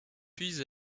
puis